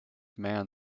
man